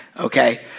Okay